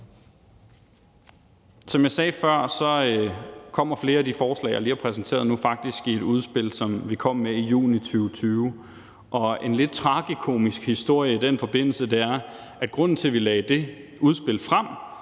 Som jeg sagde før, kom flere af de forslag, jeg lige har præsenteret nu, faktisk i et udspil, som vi kom med i juni 2020. En lidt tragikomisk historie i den forbindelse er, at grunden til, at vi lagde det udspil frem,